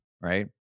Right